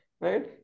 right